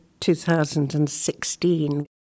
2016